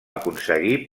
aconseguir